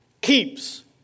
keeps